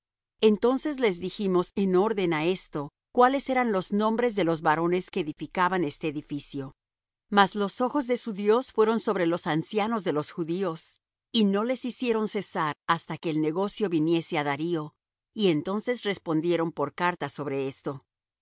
entonces les dijimos en orden á esto cuáles eran los nombres de los varones que edificaban este edificio mas los ojos de su dios fueron sobre los ancianos de los judíos y no les hicieron cesar hasta que el negocio viniese á darío y entonces respondieron por carta sobre esto